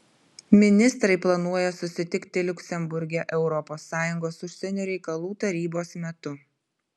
ministrai planuoja susitikti liuksemburge europos sąjungos užsienio reikalų tarybos metu